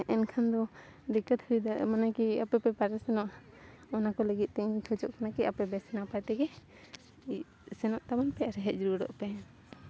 ᱮᱱᱠᱷᱟᱱ ᱫᱚ ᱫᱤᱠᱠᱟᱹᱛ ᱦᱩᱭ ᱢᱟᱱᱮ ᱠᱤ ᱟᱯᱮᱼᱯᱮ ᱯᱟᱨᱤᱥᱚᱱᱚᱜᱼᱟ ᱚᱱᱟᱠᱚ ᱞᱟᱹᱜᱤᱫ ᱛᱤᱧ ᱠᱷᱚᱡᱚᱜ ᱠᱟᱱᱟ ᱠᱤ ᱟᱯᱮ ᱵᱮᱥ ᱱᱟᱯᱟᱭ ᱛᱮᱜᱮ ᱥᱮᱱᱚᱜ ᱛᱟᱵᱚᱱᱼᱯᱮ ᱟᱨ ᱦᱮᱡ ᱨᱩᱣᱟᱹᱲᱚᱜ ᱯᱮ